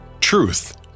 Truth